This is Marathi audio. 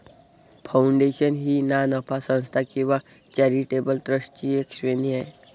फाउंडेशन ही ना नफा संस्था किंवा चॅरिटेबल ट्रस्टची एक श्रेणी आहे